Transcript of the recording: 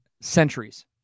Centuries